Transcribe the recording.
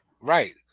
right